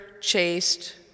chaste